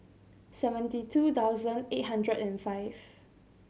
seventy two thousand eight hundred and five